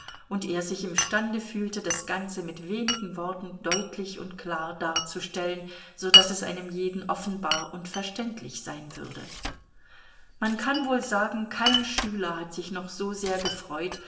und er sich imstande fühlte das ganze mit wenigen worten deutlich und klar darzustellen so daß es einem jeden offenbar und verständlich sein würde man kann wohl sagen kein schüler hat sich noch so sehr gefreut